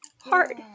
hard